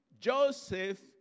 Joseph